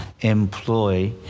employ